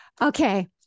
Okay